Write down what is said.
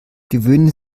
gewöhnen